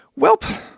Welp